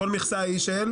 כל מכסה היא של?